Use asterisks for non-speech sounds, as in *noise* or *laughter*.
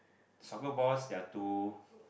soccer balls they are too *breath*